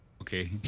Okay